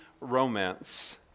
romance